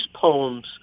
poems